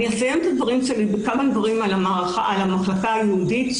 אסיים את הדברים שלי בכמה דברים על המחלקה הייעודית,